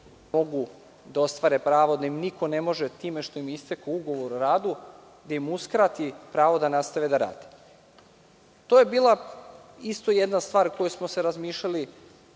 da mogu da ostvare pravo da im niko ne može time što im je istekao ugovor o radu da im uskrati pravo da nastave da rade. To je bila isto jedna stvar o kojoj smo se razmišljali